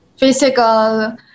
Physical